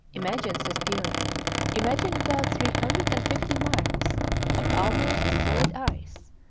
imagine, says peary imagine about three hundred and fifty miles of almost solid ice,